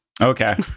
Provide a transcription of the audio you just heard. Okay